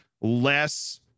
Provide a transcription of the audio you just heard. less